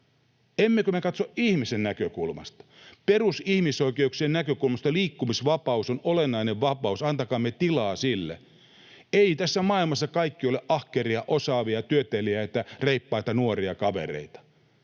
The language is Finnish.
Emmekö me katso ihmisen näkökulmasta? Perusihmisoikeuksien näkökulmasta liikkumisvapaus on olennainen vapaus. Antakaamme tilaa sille. Eivät tässä maailmassa kaikki ole ahkeria, osaavia, työteliäitä, reippaita, nuoria kavereita.